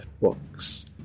books